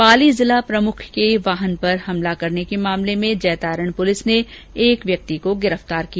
पाली जिला प्रमुख की गांडी पर हमला करने के मामले में जैतारण पुलिस ने एक व्यक्ति को गिरफ्तार किया